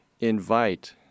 invite